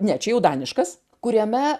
ne čia jau daniškas kuriame